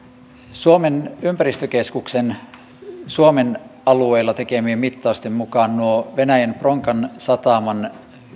suomen ympäristökeskuksen suomen alueella tekemien mittausten mukaan nuo venäjän bronkan sataman